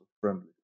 friendly